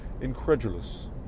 incredulous